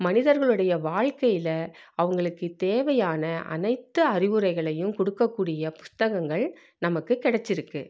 மனிதர்களுடைய வாழ்க்கையில அவங்களுக்கு தேவையான அனைத்து அறிவுரைகளையும் கொடுக்கக்கூடிய புத்தகங்கள் நமக்கு கெடைச்சிருக்கு